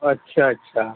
अच्छा अच्छा